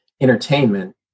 entertainment